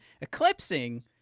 eclipsing